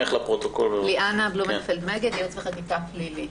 ליאנה בלומנפלד מגד, ייעוץ וחקיקה (פלילי).